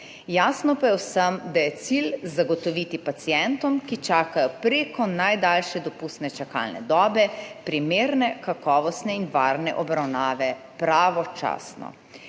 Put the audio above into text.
Jasno pa je vsem, da je cilj zagotoviti pacientom, ki čakajo preko najdaljše dopustne čakalne dobe primerne, kakovostne in varne obravnave. Pravočasno